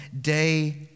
day